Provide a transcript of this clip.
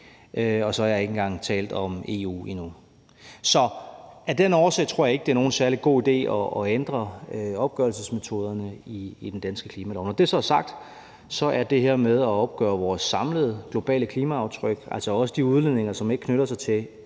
Og så har jeg ikke engang talt om EU endnu. Så af den årsag tror jeg ikke det er nogen særlig god idé at ændre opgørelsesmetoden i den danske klimalov. Når det så er sagt, er det her med at opgøre vores samlede globale klimaaftryk, altså også de udledninger, som ikke direkte knytter sig til